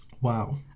Wow